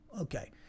Okay